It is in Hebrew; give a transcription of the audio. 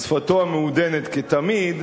בשפתו המעודנת, כתמיד,